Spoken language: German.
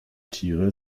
tiere